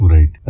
Right